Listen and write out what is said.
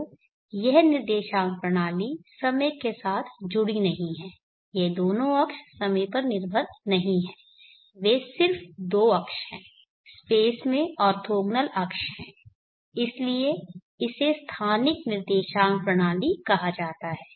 तो यह निर्देशांक प्रणाली समय के साथ जुड़ी नहीं है ये दोनों अक्ष समय पर निर्भर नहीं हैं वे सिर्फ दो अक्ष हैं स्पेस में ऑर्थोगोनल अक्ष हैं इसलिए इसे स्थानिक निर्देशांक प्रणाली कहा जाता है